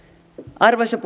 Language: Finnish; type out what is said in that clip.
arvoisa